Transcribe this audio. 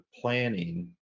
planning